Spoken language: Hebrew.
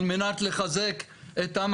לכולם